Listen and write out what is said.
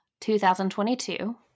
2022